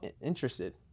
interested